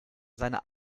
seine